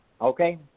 okay